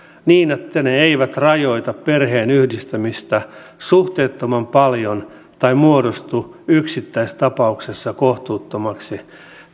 niin että ne eivät rajoita perheenyhdistämistä suhteettoman paljon tai muodostu yksittäistapauksessa kohtuuttomiksi